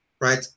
right